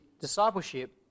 discipleship